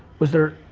was there,